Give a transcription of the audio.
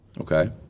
Okay